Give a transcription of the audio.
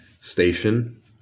station